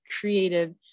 creative